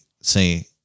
say